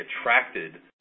attracted